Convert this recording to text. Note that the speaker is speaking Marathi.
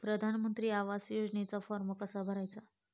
प्रधानमंत्री आवास योजनेचा फॉर्म कसा भरायचा?